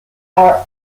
are